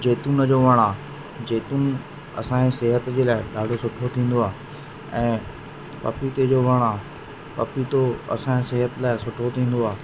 जेतुन जो वणु आहे जेतुन असांजे सिहत जे लाइ ॾाढो सुठो थींदो आहे ऐं पपीते जो वणु आहे पपीतो असांजे सिहत लाइ ॾाढो सुठो थींदो आहे